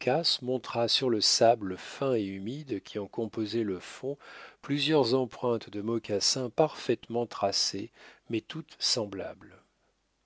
montra sur le sable fin et humide qui en composait le fond plusieurs empreintes de mocassin parfaitement tracées mais toutes semblables